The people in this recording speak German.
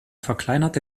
verkleinerte